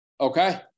Okay